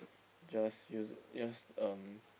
just use it just um